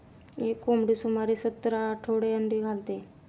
एक कोंबडी सुमारे सत्तर आठवडे अंडी घालते